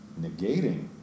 negating